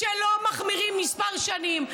שלא מחמירים מספר שנים.